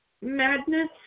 madness